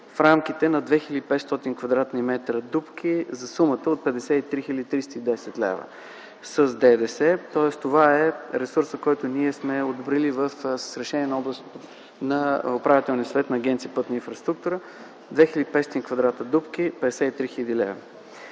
в рамките на 2500 кв. м. дупки за сумата от 53 310 лв. с ДДС. Това е ресурсът, който ние сме одобрили с решение на Управителния съвет на Агенцията „Пътна инфраструктура” – 2500 кв.м дупки за 53 хил.